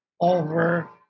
over